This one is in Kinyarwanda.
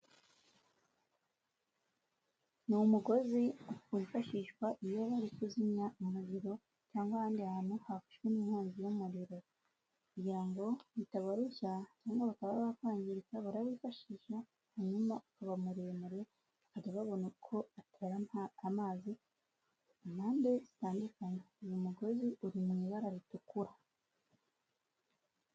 numugozi wifashishwa iyo bari kuzimya umuriro cyangwa ahandi hantu hafawe inkongi y'umuriro kugira ngo bitabarushya cyangwa bakaba bakwangirika barabifashisha hanyuma ukaba muremure arababona uko batera amazi mumpande zitandukanye uyu mugozi uri mu ibara ritukura.